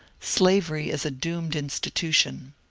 slavery is a doomed institution.